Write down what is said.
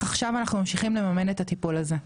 עכשיו אנחנו ממשיכים לממן את הטיפול הזה,